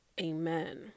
amen